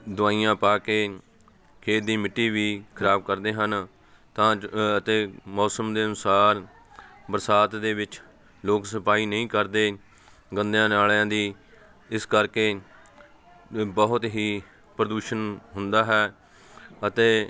ਦਵਾਈਆਂ ਪਾ ਕੇ ਖੇਤ ਦੀ ਮਿੱਟੀ ਵੀ ਖਰਾਬ ਕਰਦੇ ਹਨ ਤਾਂ ਜ ਅਤੇ ਮੌਸਮ ਦੇ ਅਨੁਸਾਰ ਬਰਸਾਤ ਦੇ ਵਿੱਚ ਲੋਕ ਸਫਾਈ ਨਹੀਂ ਕਰਦੇ ਗੰਦਿਆਂ ਨਾਲਿਆਂ ਦੀ ਇਸ ਕਰਕੇ ਬਹੁਤ ਹੀ ਪ੍ਰਦੂਸ਼ਣ ਹੁੰਦਾ ਹੈ ਅਤੇ